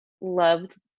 loved